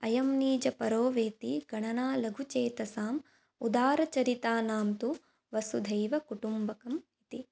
अयं निजः परो वेति गणना लघुचेतसाम् उदारचरितानां तु वसुधैव कुटुम्बकम् इति